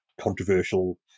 controversial